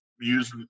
use